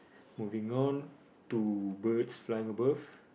moving on to birds flying above